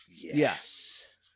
yes